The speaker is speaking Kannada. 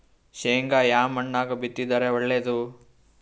ಶೇಂಗಾ ಯಾ ಮಣ್ಣಾಗ ಬಿತ್ತಿದರ ಒಳ್ಳೇದು?